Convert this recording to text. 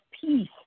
peace